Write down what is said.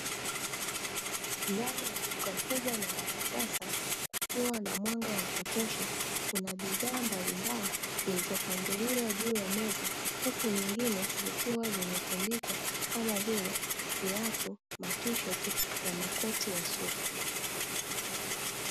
Ndani ya duka kubwa na la kisasa, kukiwa na mwanga wa kutosha, kuna bidhaa mbalimbali zilizopangiliwa juu ya meza, huku nyingine zikiwa zimetundikwa, kama vile: viatu, matisheti na makoti ya suti.